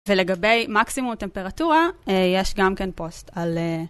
ולגבי מקסימום טמפרטורה, יש גם כן פוסט על...